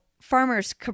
Farmers